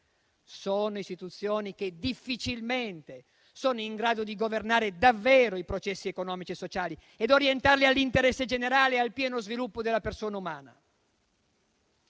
più irrazionali, difficilmente sono in grado di governare davvero i processi economici e sociali e di orientarli all'interesse generale e al pieno sviluppo della persona umana.